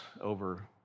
over